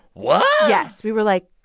what? yes. we were like,